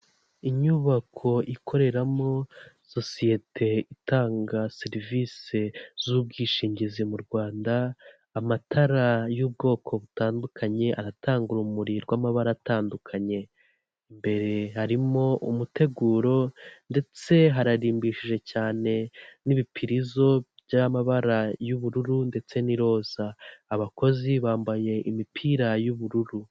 Inyubako ikoreramo sosiyete itanga serivisi z'ubwishingizi mu Rwanda, amatara y'ubwoko butandukanye aratanga urumuri rw'amabara atandukanye. Imbere harimo umuteguro ndetse hararimbishije cyane n'ibipirizo by'amabara y'ubururu ndetse n'iroza. Abakozi bambaye imipira y'ubururu.